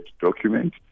document